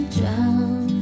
drown